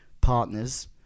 partners